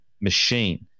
machine